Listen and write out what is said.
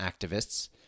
activists